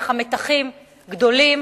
אך המתחים באזור גדולים,